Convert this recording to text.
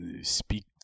speak